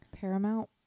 Paramount